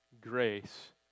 Grace